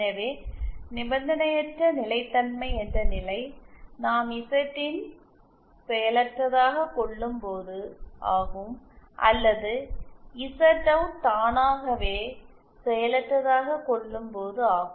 எனவே நிபந்தனையற்ற நிலைத்தன்மை என்ற நிலை நாம் இசட்இன் செயலற்றதாக கொள்ளும் போது ஆகும் அல்லது இசட்அவுட் தானாகவே செயலற்றதாக கொள்ளும் போது ஆகும்